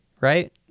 right